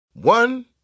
One